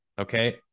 okay